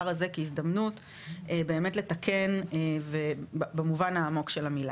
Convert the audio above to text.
הזה כהזדמנות באמת לתקן ובמובן העמוק של המילה.